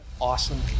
awesome